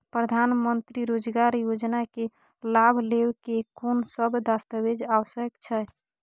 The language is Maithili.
प्रधानमंत्री मंत्री रोजगार योजना के लाभ लेव के कोन सब दस्तावेज आवश्यक छै?